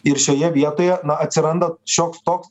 ir šioje vietoje atsiranda šioks toks